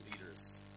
leaders